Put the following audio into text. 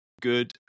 good